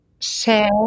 share